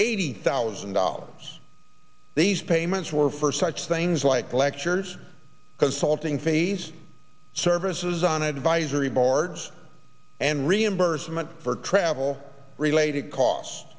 eighty thousand dollars these payments were first touch things like lectures consulting fees services on advisory boards and reimbursement for travel related cos